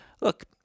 look